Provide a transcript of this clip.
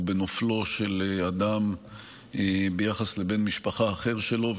בנופלו של אדם ביחס לבן משפחה אחר שלו,